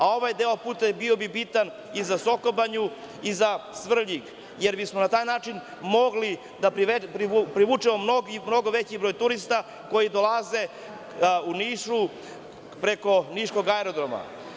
Ovaj deo puta bi bio bitan i za Sokobanju i za Svrljig, jer bismo na taj način mogli da privučemo mnogo veći broj turista koji dolaze u Niš preko niškog aerodroma.